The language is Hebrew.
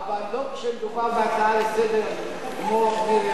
אבל לא כשמדובר בהצעה לסדר-היום כמו של מירי רגב,